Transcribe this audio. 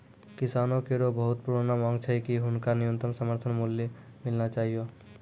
किसानो केरो बहुत पुरानो मांग छै कि हुनका न्यूनतम समर्थन मूल्य मिलना चाहियो